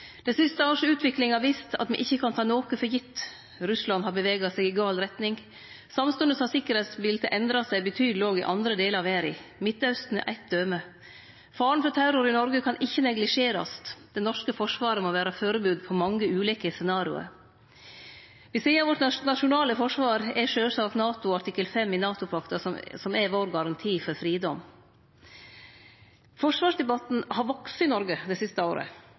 har vist at me ikkje kan ta noko for gitt. Russland har bevega seg i gal retning. Samstundes har tryggleiksbiletet endra seg betydeleg òg i andre delar av verda. Midtausten er eitt døme. Faren for terror i Noreg kan ikkje neglisjerast. Det norske forsvaret må vere førebudd på mange ulike scenario. Ved sida av det nasjonale forsvaret er det sjølvsagt artikkel 5 i NATO-pakta som er garantien vår for fridom. Forsvarsdebatten har vakse i Noreg det siste året.